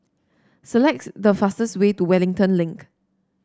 selects the fastest way to Wellington Link